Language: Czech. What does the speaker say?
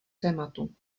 tématu